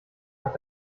hat